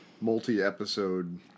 multi-episode